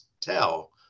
tell